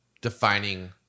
defining